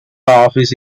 office